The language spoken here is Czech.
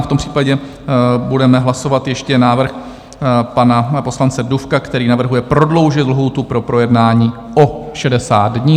V tom případě budeme hlasovat ještě návrh pana poslance Dufka, který navrhuje prodloužit lhůtu pro projednání o 60 dní.